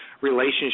relationship